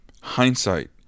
Hindsight